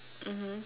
mmhmm